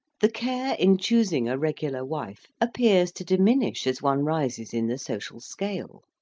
the care in choosing a regular wife appears to diminish as one rises in the social scale.